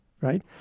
right